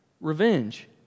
revenge